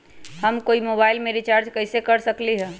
हम कोई मोबाईल में रिचार्ज कईसे कर सकली ह?